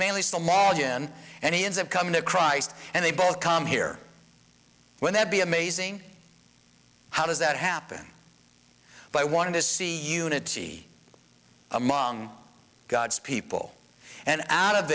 mainly somalian and he ends up coming to christ and they both come here when that be amazing how does that happen but i want to see unity among god's people and out of